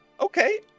okay